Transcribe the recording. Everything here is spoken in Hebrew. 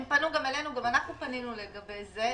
הם פנו גם אלינו, גם אנחנו פנינו לגבי זה.